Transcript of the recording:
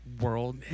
world